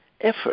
effort